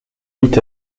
mit